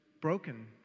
broken